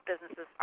businesses